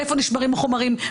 איפה נשמרים החומרים,